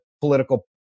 political